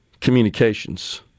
communications